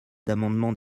d’amendements